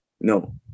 no